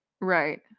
Right